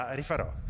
rifarò